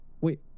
Wait